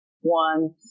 one